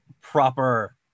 proper